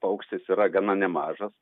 paukštis yra gana nemažas